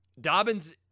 Dobbins